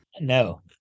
No